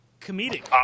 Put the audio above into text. comedic